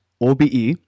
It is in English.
obe